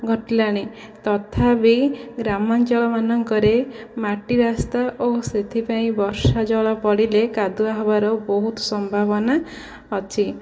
ଘଟିଲାଣି ତଥାବି ଗ୍ରାମାଞ୍ଚଳ ମାନଙ୍କରେ ମାଟିରାସ୍ତା ଓ ସେଥିପାଇଁ ବର୍ଷାଜଳ ପଡ଼ିଲେ କାଦୁଅ ହେବାର ବହୁତ ସମ୍ଭାବନା ଅଛି